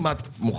אם את מוכנה,